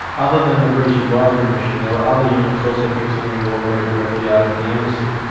other than the british advisory mission, there were other units also continuing to operate directly out of the embassy.